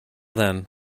then